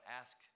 ask